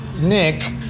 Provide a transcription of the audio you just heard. Nick